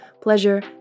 pleasure